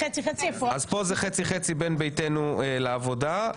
אז פה זה חצי-חצי בין ישראל ביתנו לבין העבודה,